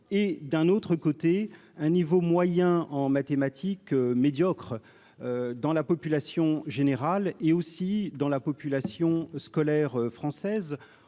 et d'un autre côté, un niveau moyen en mathématiques médiocre dans la population générale, et aussi dans la population scolaire française,